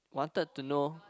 wanted to know